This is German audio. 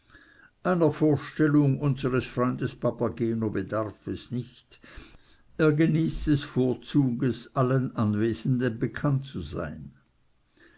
einer vorstellung unseres freundes papageno bedarf es nicht er genießt des vorzuges allen anwesenden bekannt zu sein